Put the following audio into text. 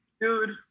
Dude